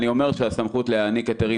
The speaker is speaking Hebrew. אני אומר שהסמכות להעניק היתרים